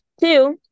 Two